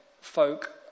folk